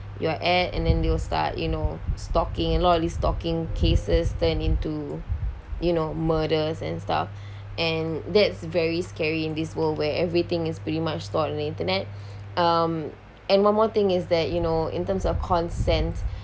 you are at and then they will start you know stalking a lot of these stalking cases turned into you know murders and stuff and that's very scary in this world where everything is pretty much stored on the internet um and one more thing is that you know in terms of consent